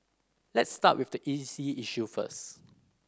let's start with the easy issue first